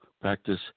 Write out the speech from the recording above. practice